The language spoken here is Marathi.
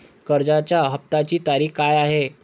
कर्जाचा हफ्त्याची तारीख काय आहे?